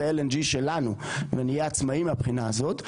ה-LNG שלנו ונהיה עצמאיים מהבחינה הזאת,